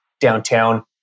downtown